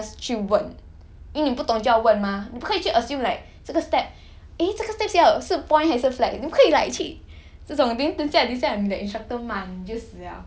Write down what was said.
you shouldn't go assume instead you should like in anything you should just 去问因为你不懂就要问 mah 你不可以去 assume like 这个 step eh 这个 step 是要是 point 还是 flat 你不可以 like 去